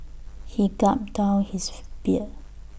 he gulped down his beer